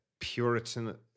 puritan